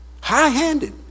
High-handed